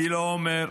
אני לא אומר.